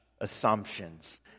assumptions